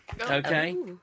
Okay